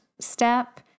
Step